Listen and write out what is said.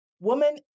woman